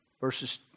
verses